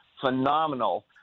phenomenal